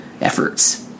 efforts